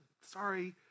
sorry